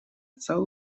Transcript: отца